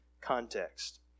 context